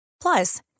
Plus